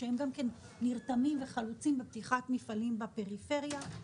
שהם גם חלוצים בפתיחת מפעלים בפריפריה.